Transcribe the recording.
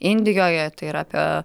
indijoje tai yra apie